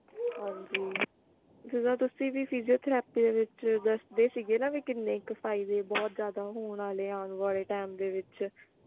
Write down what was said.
ਹਾਂਜੀ ਜਦੋਂ ਤੁਸੀਂ ਵੀ ਫਿਜਿਓਥਰੈਪੀ ਦੇ ਵਿੱਚ ਦੱਸਦੇ ਸੀਗੇ ਨਾ ਵੀ ਕਿੰਨੇ ਕੁ ਫਾਇਦੇ ਬਹੁਤ ਜ਼ਿਆਦਾ ਹੋਣ ਵਾਲੇ ਆਉਣ ਵਾਲੇ ਟਾਇਮ ਦੇ ਵਿੱਚ